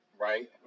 right